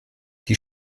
die